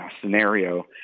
scenario